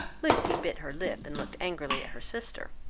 lucy bit her lip, and looked angrily at her sister.